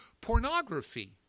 Pornography